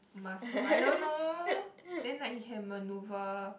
muscle I don't know then like he can manoeuvre